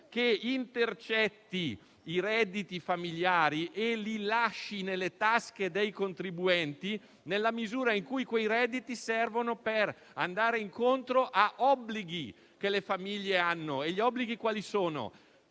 che intercetti i redditi familiari e li lasci nelle tasche dei contribuenti, nella misura in cui quei redditi servono per andare incontro a obblighi che le famiglie hanno. Quali sono